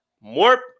more